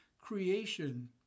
creation